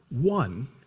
one